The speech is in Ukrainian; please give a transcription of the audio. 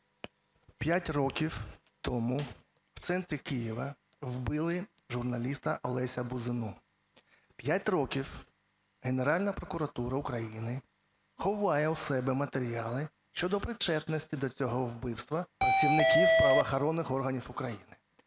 5 років тому в центрі Києва вбили журналіста Олеся Бузину. 5 років Генеральна прокуратура України ховає у себе матеріали щодо причетності до цього вбивства працівників правоохоронних органів України.